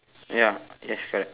ya yes correct